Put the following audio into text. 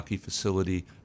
facility